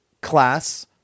class